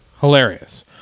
Hilarious